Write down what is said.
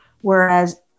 Whereas